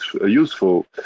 useful